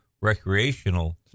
recreational